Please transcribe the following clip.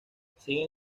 sin